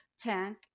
tank